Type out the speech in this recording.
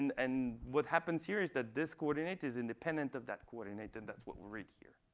and and what happens here is that this coordinate is independent of that coordinate. and that's what we write here,